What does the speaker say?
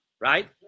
right